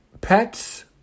pets